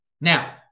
Now